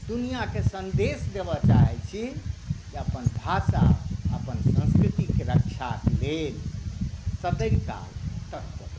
दुनियाँकेँ सन्देश देबऽ चाहैत छी जे अपन भाषा अपन संस्कृतिकेँ रक्षाके लेल सतैत काल तत्पर रहू